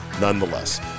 nonetheless